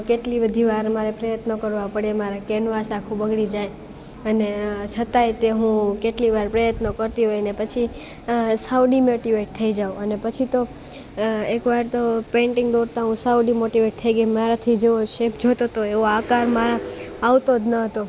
કેટલી બધી વાર મારે પ્રયત્નો કરવા પડે મારે કેનવાસ આખું બગડી જાય અને છતાંય તે હું કેટલી વાર પ્રયત્નો કરતી હોય અને પછી સાવ ડીમોટીવેટ થઈ જાઉં અને પછી તો એકવાર તો પેંટિંગ દોરતા હું સાવ ડીમોટીવેટ થઈ ગઈ મારાથી જેવો શેપ જોતો તો એવો આકાર મારા આવતો જ ન હતો